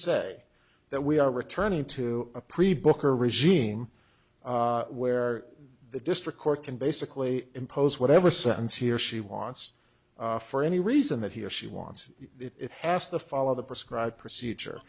say that we are returning to a pre book or regime where the district court can basically impose whatever sentence he or she wants for any reason that he or she wants it has to follow the prescribed procedure